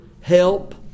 help